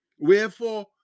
Wherefore